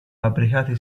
fabbricati